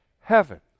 heaven